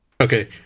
Okay